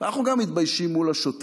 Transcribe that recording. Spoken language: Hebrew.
ואנחנו גם מתביישים מול השוטרים,